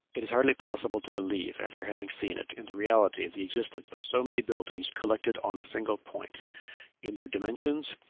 it is hardly possible to believe, after having seen it, in the reality of the existence of so many buildings collected on a single point in their dimensions,